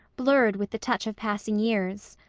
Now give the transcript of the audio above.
blurred with the touch of passing years.